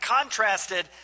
contrasted